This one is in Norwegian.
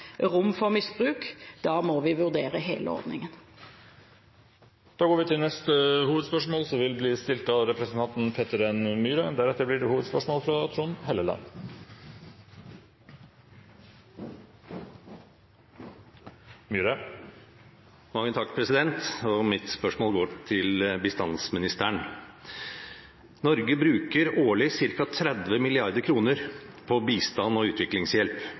rom for misbruk, må vi vurdere hele ordningen. Da går vi til neste hovedspørsmål. Mitt spørsmål går til bistandsministeren. Norge bruker årlig ca. 30 mrd. kr på bistand og utviklingshjelp. I den senere tid er det